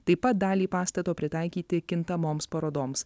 taip pat dalį pastato pritaikyti kintamoms parodoms